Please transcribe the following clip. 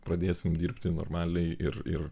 pradėsim dirbti normaliai ir ir